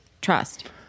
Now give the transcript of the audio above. trust